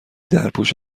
درپوش